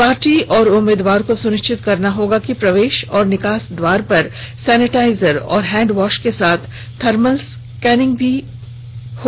party और उम्मीदवार को सुनिश्चित करना होगा कि प्रवेश और निकास द्वार पर सैनिटाइजर और हैंडवॉश के साथ थर्मल स्कैनिंग की सुविधा हो